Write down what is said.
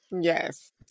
yes